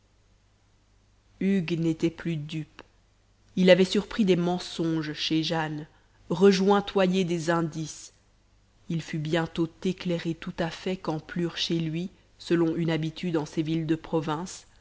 hugues n'était plus dupe il avait surpris des mensonges chez jane rejointoyé des indices il fut bientôt éclairé tout à fait quand plurent chez lui selon une habitude en ces villes de province